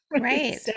Right